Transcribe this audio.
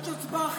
יש הצבעה?